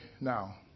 now